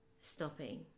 stopping